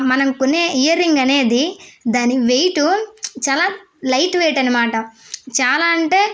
మనం కొనే ear ring అనేది దాని వెయిట్ చాలా లైట్ వెయిట్ అనమాట చాలా అంటే